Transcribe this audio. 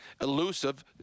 Elusive